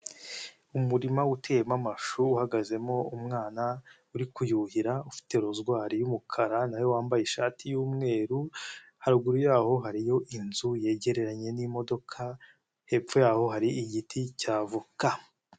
Umurima uteyemo amashu uhagazemo umwana uri kuyuhira ufite rozwari y'umukara nawe wambaye ishati y'umweru haruguru yaho hariyo inzu yegeranye n'imodoka hepfo yaho hari igiti cy'avoka.